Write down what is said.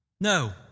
No